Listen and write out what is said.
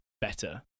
better